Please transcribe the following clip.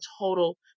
total